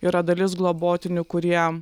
yra dalis globotinių kurie